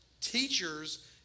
teachers